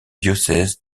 diocèse